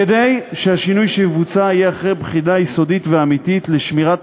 כדי שהשינוי שיבוצע יהיה אחרי בחינה יסודית ואמיתית לשמירת